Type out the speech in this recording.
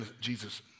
Jesus